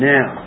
Now